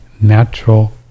natural